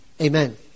Amen